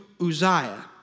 Uzziah